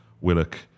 Willock